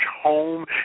home